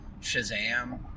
Shazam